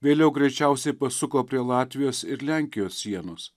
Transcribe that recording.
vėliau greičiausiai pasuko prie latvijos ir lenkijos sienos